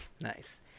nice